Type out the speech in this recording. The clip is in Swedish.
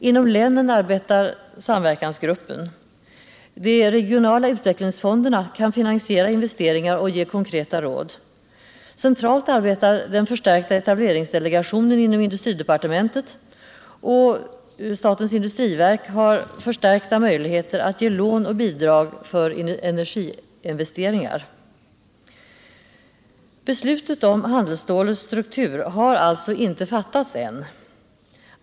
Inom länen arbetar samverkansgrupper. Den regionala utvecklingsfonden kan finansiera investeringar och ge konkreta råd. Centralt arbetar den förstärkta etableringsdelegationen inom industridepartementet, och statens industriverk har förstärkta möjligheter att ge lån och bidrag för energiinvesteringar. Beslutet om handelsstålets struktur har alltså inte fattats än.